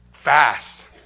fast